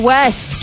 West